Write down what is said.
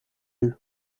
you